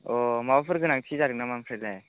अ माबाफोर गोनांथि जादोंमोन नामा ओमफ्रायलाय